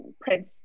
Prince